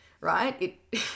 Right